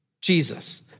Jesus